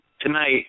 tonight